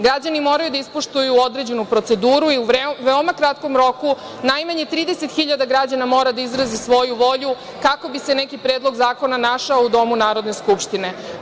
Građani moraju da ispoštuju određenu proceduru i u veoma kratkom roku najmanje 30.000 građana mora da izrazi svoju volju kako bi se neki predlog zakona našao u domu Narodne skupštine.